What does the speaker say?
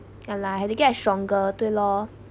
ya lah had to get a stronger dui lor